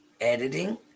editing